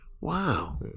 Wow